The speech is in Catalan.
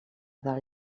del